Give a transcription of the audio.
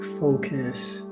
focus